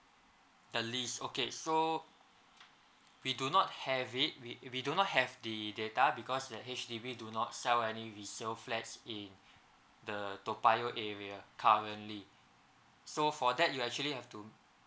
the lease okay so we do not have it we we do not have the data because the H_D_B do not sell any resale flats in the toa payoh area currently so for that you actually have to